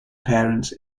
parents